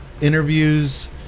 interviews